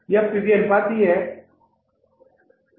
यह पीवी अनुपात भी है